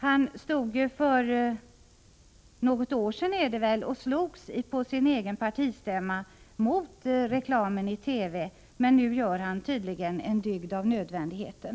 Han slogs ju för ungefär ett år sedan på sitt eget partis stämma mot reklam i TV. Men nu gör han tydligen en dygd av nödvändigheten.